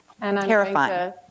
terrifying